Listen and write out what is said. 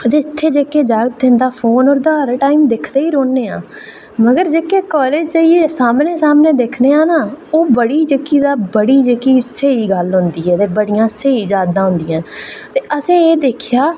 थे इत्थै जेह्ड़े जागत् न ते उंदा फोन हर टाईम दिखदे रौह्ने आं मगर जेह्ड़े कॉलेज जाइयै सामनै सामनै दिक्खने आं ओह् बड़ी जेह्की तां बड़ी स्हेई गल्ल होंदी ऐ ते बड़ियां स्हेई यादां होंदियां न ते असें एह् दिक्खेआ